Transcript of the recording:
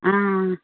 आ